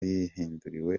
yahinduriwe